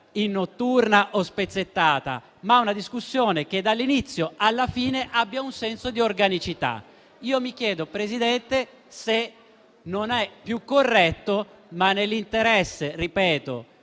notturna o spezzettata, ma una discussione che dall'inizio alla fine abbia un senso di organicità. Mi chiedo, signor Presidente, se non sia più corretto e serio, nell'interesse - ripeto